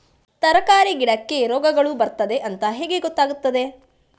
ತರಕಾರಿ ಗಿಡಕ್ಕೆ ರೋಗಗಳು ಬರ್ತದೆ ಅಂತ ಹೇಗೆ ಗೊತ್ತಾಗುತ್ತದೆ?